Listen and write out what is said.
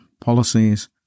policies